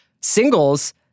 singles